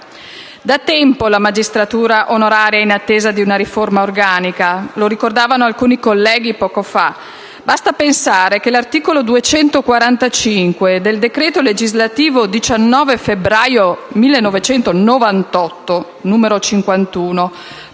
Da tempo la magistratura onoraria è in attesa di una riforma organica, come ricordavano alcuni colleghi poco fa; basti pensare che l'articolo 245 del decreto legislativo 19 febbraio 1998, n. 51